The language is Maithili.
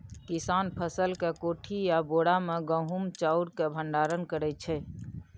किसान फसल केँ कोठी या बोरा मे गहुम चाउर केँ भंडारण करै छै